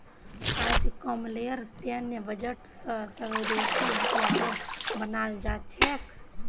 अजकामलेर सैन्य बजट स स्वदेशी हथियारो बनाल जा छेक